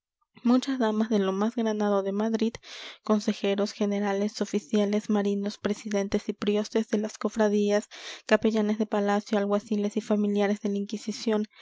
muchas damas de lo más granado de madrid consejeros generales oficiales marinos presidentes y priostes de las cofradías capellanes de palacio alguaciles y familiares de la inquisición